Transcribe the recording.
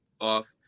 off